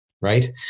Right